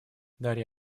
дарья